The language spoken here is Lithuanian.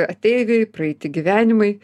ateiviai praeiti gyvenimai